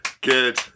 Good